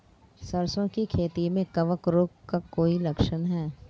सरसों की खेती में कवक रोग का कोई लक्षण है?